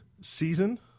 season